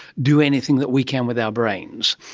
do anything that we can with our brains.